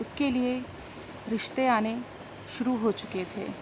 اس کے لیے رشتے آنے شروع ہو چکے تھے